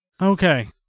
Okay